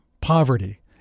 poverty